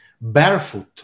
barefoot